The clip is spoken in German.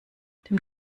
dem